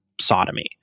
sodomy